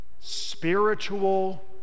spiritual